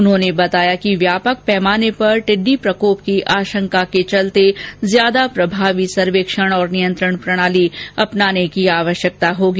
उन्होंने कहा कि व्यापक पैमाने पर टिड्डी प्रकोप की आशंका के चलते ज्यादा प्रभावी सर्वेक्षण और नियंत्रण प्रणाली अपनाने की आवश्यकता होगी